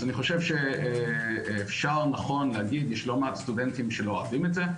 אז אפשר להגיד שיש לא מעט סטודנטים שלא אוהבים את זה,